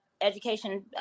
education